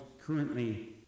currently